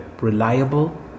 Reliable